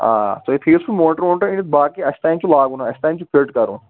آ تُہۍ تھٲوِو سُہ موٹَر ووٹر أنِتھ باقٕے اَسہِ تام چھُ لگاوُن اَسہِ تام چھُ فِٹ کَرُن